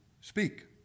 speak